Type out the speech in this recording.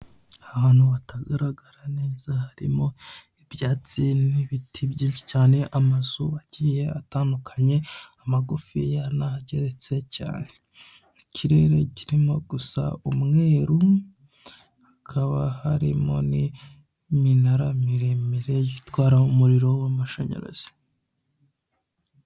Ahantu hatagaragara neza harimo ibyatsi n'ibiti byinshi cyane, amazu agiye atandukanye, amagufiya n'ageretse cyane, ikirere kirimo gusa umweru, hakaba harimo n'iminara miremire itwara umuriro w'amashinyarazi.